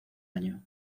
año